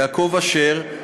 יעקב אשר,